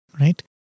Right